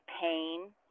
pain